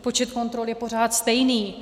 Počet kontrol je pořád stejný.